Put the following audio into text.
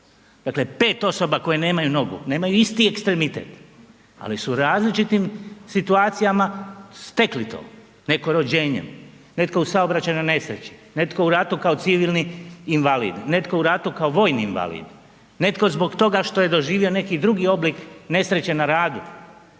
dakle 5 osoba koje nemaju nogu, nemaju isti ekstremitet, ali su u različitim situacijama stekli to, netko rođenjem, netko u saobraćajnoj nesreći, netko u ratu kao civilni invalid, netko u ratu kao vojni invalid, netko zbog toga što je doživio neki drugi oblik nesreće na radu,